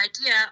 idea